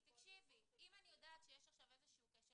כי תקשיבי אם אני יודעת שיש עכשיו איזה כשל